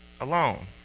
alone